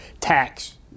tax